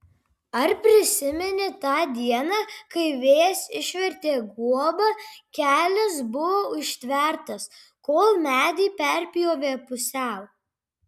ar prisimeni tą dieną kai vėjas išvertė guobą kelias buvo užtvertas kol medį perpjovė pusiau